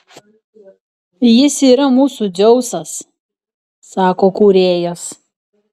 jis yra mūsų laikų dzeusas sako kūrėjas